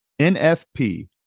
NFP